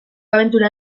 abentura